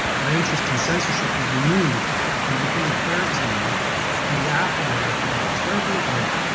my interest in censorship was renewed when it became apparent to me in the aftermath of that terrible event,